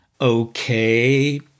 Okay